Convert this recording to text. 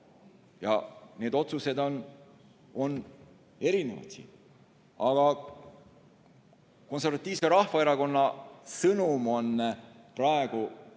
Need otsused on erinevad. Aga Konservatiivse Rahvaerakonna sõnum on praegu